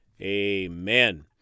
amen